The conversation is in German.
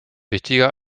wichtiger